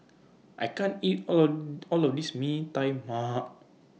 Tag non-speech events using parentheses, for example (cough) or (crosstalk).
I can't eat All of (hesitation) All of This Mee Tai Mak